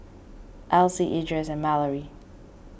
Elzie Edris and Malorie